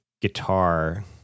guitar